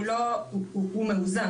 יש איזון.